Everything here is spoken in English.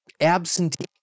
absentee